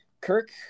Kirk